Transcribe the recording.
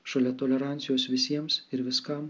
šalia tolerancijos visiems ir viskam